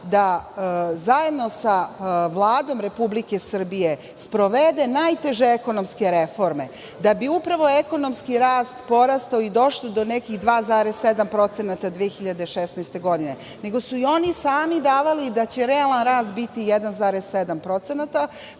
da zajedno sa Vladom Republike Srbije sprovede najteže ekonomske reforme, da bi upravo ekonomski rast porastao i došao do 2,7 procenata 2016. godine. I oni sami su davali da će realan rast biti 1,7%,